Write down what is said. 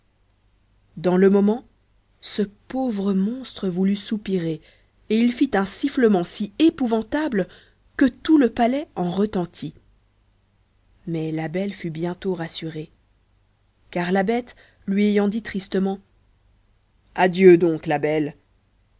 dans ce moment ce pauvre monstre voulut soupirer et il fit un sifflement si épouvantable que tout le palais en retentit mais belle fut bientôt rassurée car la bête lui ayant dit tristement adieu donc la belle